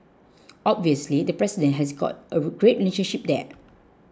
obviously the president has got a great relationship there